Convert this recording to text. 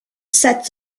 sets